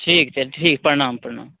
ठीक छै ठीक प्रणाम प्रणाम